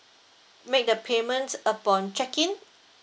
make the payments upon check in